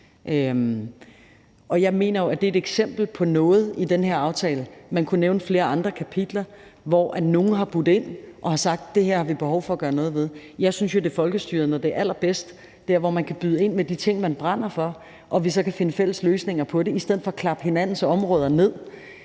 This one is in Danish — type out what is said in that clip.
Jeg mener jo, at det er et eksempel på noget i den her aftale – man kunne nævne flere andre kapitler – hvor nogle har budt ind og sagt, at det har vi behov for at gøre noget ved. Jeg synes jo, at det er folkestyret, når det er allerbedst, altså der, hvor man kan byde ind med de ting, man brænder for, og vi så kan finde fælles løsninger på det i stedet for at klappe hinandens områder ned.